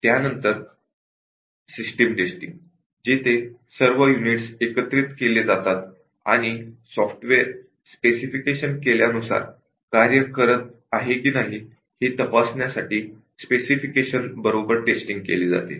त्यानंतरसिस्टम testing जिथे सर्व units एकत्रित केले जातात आणि सॉफ्टवेअर स्पेसिफिकेशन केल्यानुसार कार्य करीत आहे की नाही हे तपासण्यासाठी स्पेसिफिकेशन बरोबर टेस्टिंग केली जाते